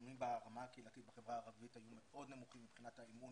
הנתונים ברמה הקהילתית בחברה הערבית היו מאוד נמוכים מבחינת האמון